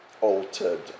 altered